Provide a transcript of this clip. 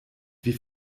wie